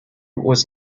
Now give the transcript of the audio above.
was